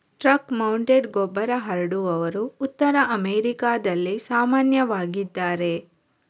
truck mounted ಗೊಬ್ಬರ ಹರಡುವವರು ಉತ್ತರ ಅಮೆರಿಕಾದಲ್ಲಿ ಸಾಮಾನ್ಯವಾಗಿದ್ದಾರೆ